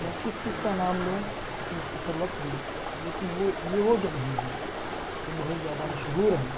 میں کس کس کا نام لوں اس مختصر وقت میں لیکن وہ یہ وہ جگہیں ہیں جو بہت زیادہ مشہور ہیں